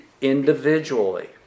individually